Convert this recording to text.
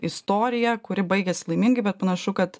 istorija kuri baigiasi laimingai bet panašu kad